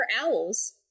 owls